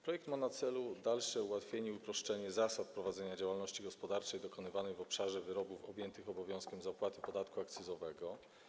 Projekt ma na celu dalsze ułatwienie i uproszczenie zasad prowadzenia działalności gospodarczej dokonywanej w obszarze wyrobów objętych obowiązkiem zapłaty podatku akcyzowego.